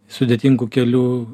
sudėtingu keliu